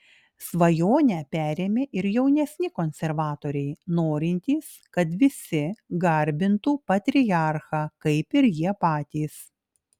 svajonę perėmė ir jaunesni konservatoriai norintys kad visi garbintų patriarchą kaip ir jie patys